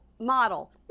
model